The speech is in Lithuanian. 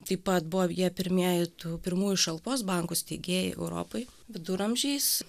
taip pat buvo jie pirmieji tų pirmųjų šalpos bankų steigėjai europoj viduramžiais